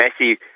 Messi